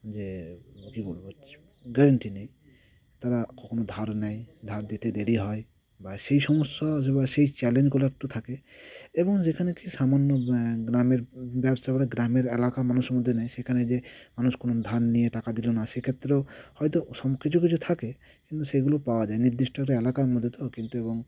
যে কী বলব গ্যারান্টি নেই তারা কখনও ধার নেয় ধার দিতে দেরি হয় বা সেই সমস্যা বা সেই চ্যালেঞ্জগুলো একটু থাকে এবং যেখানে কি সামান্য গ্রামের ব্যবসা ওরা গ্রামের এলাকা মানুষের মধ্যে নেয় সেখানে যে মানুষ কোনো ধার নিয়ে টাকা দিল না সেক্ষেত্রেও হয়তো সব কিছু কিছু থাকে কিন্তু সেগুলো পাওয়া যায় নির্দিষ্ট একটা এলাকার মধ্যে তো কিন্তু এবং